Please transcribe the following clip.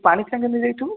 ପାଣି ଫାଣି ତ ନେଇଥିବୁ